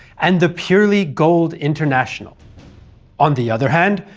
and the purely gold international on the other hand,